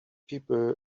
people